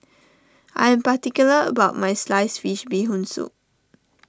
I am particular about my Sliced Fish Bee Hoon Soup